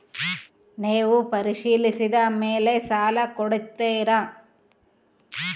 ನೇವು ಪರಿಶೇಲಿಸಿದ ಮೇಲೆ ಸಾಲ ಕೊಡ್ತೇರಾ?